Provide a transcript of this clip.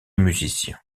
musicien